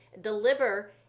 deliver